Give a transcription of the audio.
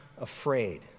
afraid